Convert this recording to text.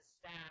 staff